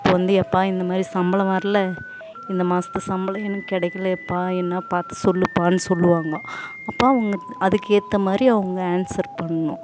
அப்போ வந்து எப்பா இந்தமாதிரி சம்பளம் வரல இந்த மாதத்து சம்பளம் எனக்கு கிடைக்கலையப்பா என்னப்பா பார்த்து சொல்லுப்பான்னு சொல்வாங்கோ அப்பா உங்கள் அதுக்கேற்ற மாதிரி அவங்க ஆன்ஸர் பண்ணணும்